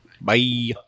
Bye